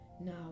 Now